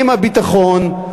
עם הביטחון,